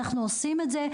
אנחנו עושים את זה.